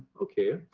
okay,